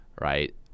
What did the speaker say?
right